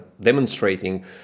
demonstrating